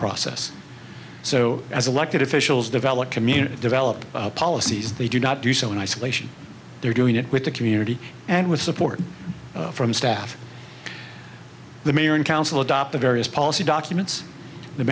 process so as elected officials develop community develop policies they do not do so in isolation they're doing it with the community and with support from staff the mayor and council adopt the various policy documents the